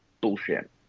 bullshit